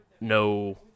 no